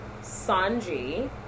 Sanji